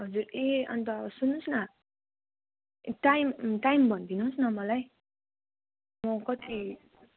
हजुर ए अन्त सुन्नुहोस् न टाइम टाइम भनिदिनुहोस् न मलाई म कति